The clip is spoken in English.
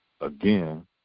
again